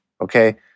okay